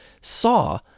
saw